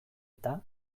eta